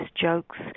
jokes